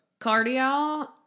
Cardio